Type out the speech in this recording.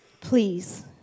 please